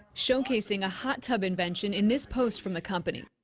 showcasing a hot tub invention in this post from the company.